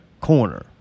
corner